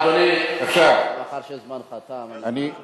טוב, אדוני, מאחר שזמנך תם, אני רוצה שתסכם.